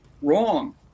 Wrong